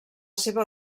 seva